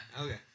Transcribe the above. Okay